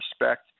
respect